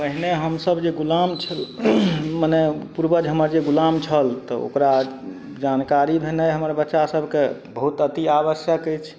पहिने हमसब जे गुलाम छल मने पूर्वज हमर जे गुलाम छल तऽ ओकरा जानकारी भेनाइ हमर बच्चा सबके बहुत अति आवश्यक अछि